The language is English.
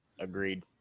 Agreed